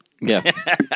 yes